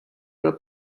oder